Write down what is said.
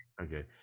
Okay